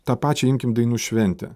tą pačią imkim dainų šventę